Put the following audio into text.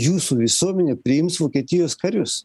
jūsų visuomenė priims vokietijos karius